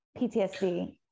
PTSD